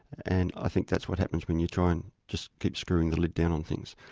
and i think that's what happens when you try and just keep screwing the lid down on things.